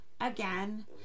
again